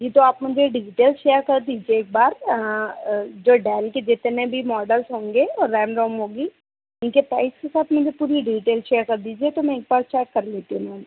जी तो आप मुझे डिजटेल शेयर कर दीजिए एक बार जो डेल के जितने भी मॉडल्स होंगे और रैम रोम होगी इनके प्राइस के साथ मुझे पूरी डीटेल सेयर कर दीजिए तो मैं एक बार चेक कर लेती हूँ मैम